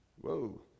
Whoa